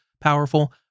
Powerful